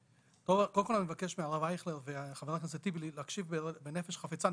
קודם כל אני מבקש מהרב אייכלר וחבר הכנסת טיבי להקשיב בנפש חפצה.